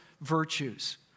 virtues